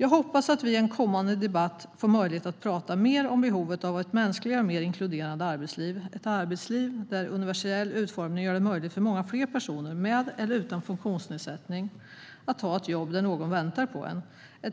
Jag hoppas att vi i en kommande debatt får möjlighet att prata mer om behovet av ett mänskligare och mer inkluderande arbetsliv, där universell utformning gör det möjligt för många fler personer, med eller utan funktionsnedsättning, att ha ett jobb där någon väntar på en och